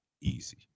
easy